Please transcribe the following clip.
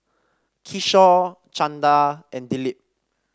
Kishore Chanda and Dilip